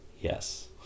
yes